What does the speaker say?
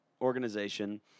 organization